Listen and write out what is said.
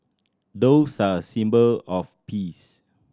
doves are a symbol of peace